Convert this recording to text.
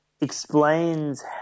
explains